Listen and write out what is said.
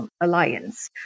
alliance